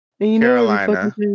Carolina